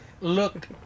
Look